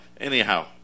anyhow